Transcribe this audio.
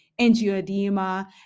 angioedema